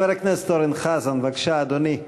חבר הכנסת אורן חזן, בבקשה, אדוני.